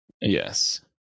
Yes